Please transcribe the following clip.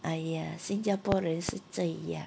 !aiya! 新加坡人是这样